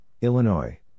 Illinois